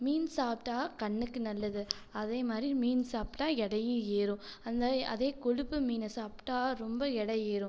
மீன் சாப்பிட்டா கண்ணுக்கு நல்லது அதே மாதிரி மீன் சாப்பிட்டா எடையும் ஏறும் அந்த அதே கொழுப்பு மீனை சாப்பிட்டா ரொம்ப எடை ஏறும்